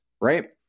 right